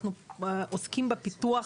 אנחנו עוסקים בפיתוח